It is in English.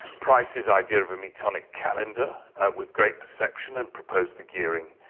price's idea of a metonic calendar with great perception and proposed the gearing.